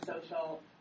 social